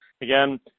again